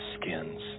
skins